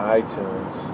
iTunes